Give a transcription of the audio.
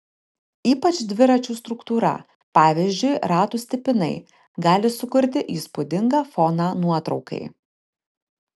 ypač dviračių struktūra pavyzdžiui ratų stipinai gali sukurti įspūdingą foną nuotraukai